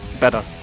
better,